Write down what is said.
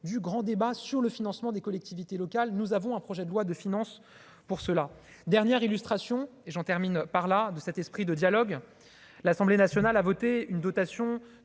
du grand débat sur le financement des collectivités locales, nous avons un projet de loi de finances pour cela dernière illustration et j'en termine par là, de cet esprit de dialogue, l'Assemblée nationale a voté une dotation